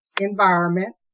environment